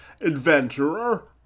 adventurer